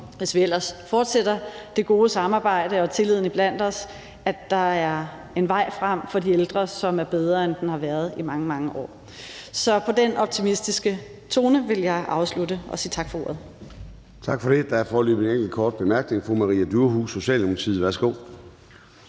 hvis vi ellers fortsætter det gode samarbejde og bevarer tilliden iblandt os, at der er en vej frem for de ældre som er bedre, end den har været i mange, mange år. Så med den optimistiske tone vil jeg afslutte og sige tak for ordet.